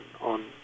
on